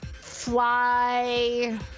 fly